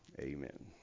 amen